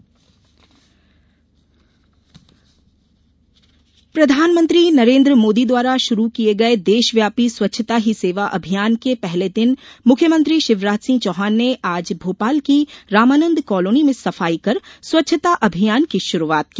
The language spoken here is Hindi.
सीएम स्वच्छता प्रधानमंत्री नरेन्द्र मोदी द्वारा शुरू किये गये देशव्यापी स्वच्छता ही सेवा अभियान के पहले दिन मुख्यमंत्री शिवराज सिंह चौहान ने आज भोपाल की रामानंद कालोनी में सफाई कर स्वच्छता अभियान की शुरूआत की